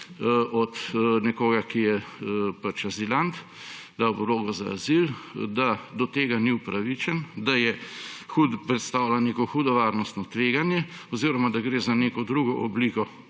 od nekoga, ki je azilant, ki je dal vlogo za azil, da do tega ni upravičen, da predstavlja neko hudo varnostno tveganje, oziroma da gre za neko drugo obliko